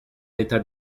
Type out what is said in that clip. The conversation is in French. état